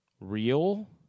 real